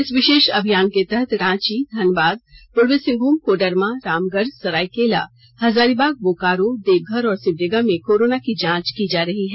इस विशेष अभियान के तहत रांची धनबाद पूर्वी सिंहभूम कोडरमा रामगढ़ सरायकेला हजारीबाग बोकारो देवघर और सिमडेगा में कोरोना की जांच की जा रही है